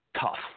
tough